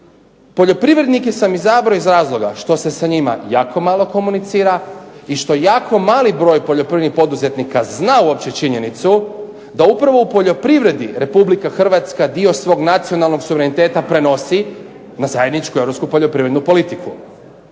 Poljoprivrednike sam izabrao iz razloga što se sa njima jako malo komunicira i što jako mali broj poljoprivrednih poduzetnika zna uopće činjenicu da upravo u poljoprivredi RH dio svog nacionalnog suvereniteta prenosi na zajedničku europsku poljoprivrednu politiku.